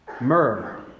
Myrrh